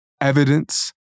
evidence